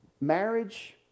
marriage